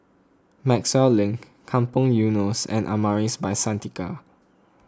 Maxwell Link Kampong Eunos and Amaris By Santika